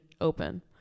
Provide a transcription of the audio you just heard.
open